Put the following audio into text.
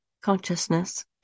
consciousness